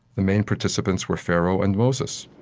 the main participants were pharaoh and moses.